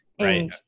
right